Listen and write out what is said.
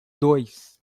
dois